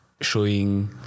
showing